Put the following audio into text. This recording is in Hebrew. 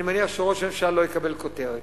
אני מניח שראש הממשלה לא יקבל כותרת.